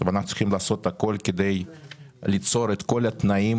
ואנחנו צריכים לעשות הכול כדי ליצור את כל התנאים